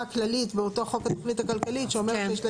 כללית באותו חוק התכנית הכלכלית שאומר שכל